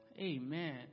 Amen